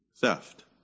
theft